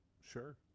Sure